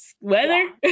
weather